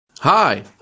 Hi